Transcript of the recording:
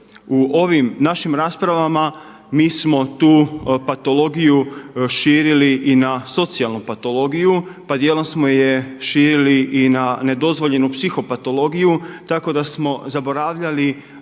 U ovim našim raspravama mi smo tu patologiju širili i na socijalnu patologiju, pa dijelom smo je širili i na nedozvoljenu psiho patologiju, tako da smo zaboravljali